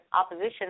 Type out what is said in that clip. opposition